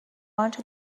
آنچه